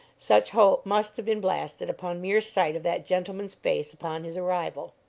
such hope must have been blasted upon mere sight of that gentleman's face upon his arrival.